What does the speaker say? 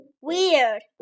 Weird